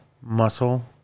muscle